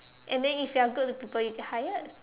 and then if you are good to people you get hired